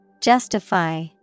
Justify